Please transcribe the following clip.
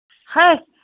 ꯍꯩ